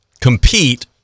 compete